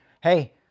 Hey